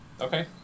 Okay